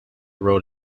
road